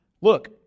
Look